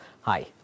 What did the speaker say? Hi